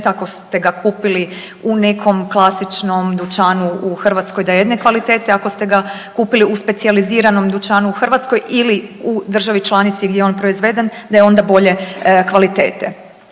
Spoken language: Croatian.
ako ste ga kupili u nekom klasičnom dućanu u Hrvatskoj da je jedne kvalitete, ako ste ga kupili u specijaliziranom dućanu u Hrvatskoj ili u državi članici gdje je on proizveden da je onda bolje kvalitete.